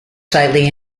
slightly